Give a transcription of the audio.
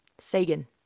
Sagan